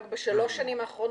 אנחנו מעבירים